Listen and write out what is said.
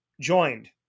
joined